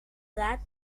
edat